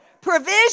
Provision